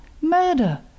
Murder